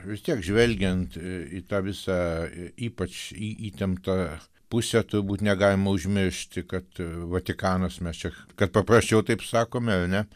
vis tiek žvelgiant į tą visą ypač į įtemptą pusę turbūt negalima užmiršti kad vatikanas mes čia kad paprasčiau taip sakome ane